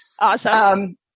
Awesome